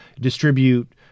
distribute